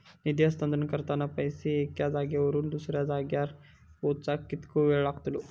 निधी हस्तांतरण करताना पैसे एक्या जाग्यावरून दुसऱ्या जाग्यार पोचाक कितको वेळ लागतलो?